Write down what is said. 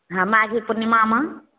हाँ माघी पूर्णिमामे